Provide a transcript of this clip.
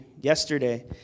yesterday